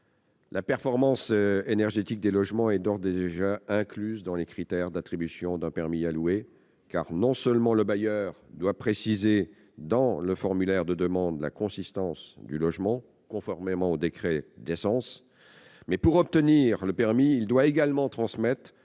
la performance énergétique des logements est d'ores et déjà incluse dans les critères d'attribution d'un permis de louer, car non seulement le bailleur doit préciser dans le formulaire de demande la consistance du logement, conformément au décret « décence », mais aussi, pour obtenir le permis, il doit transmettre